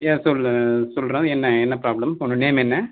யா சொல்லு சொல்கிறேன் என்ன என்ன ப்ராப்ளம் உன்னோடய நேம் என்ன